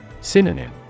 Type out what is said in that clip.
Synonym